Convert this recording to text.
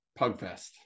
Pugfest